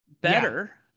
better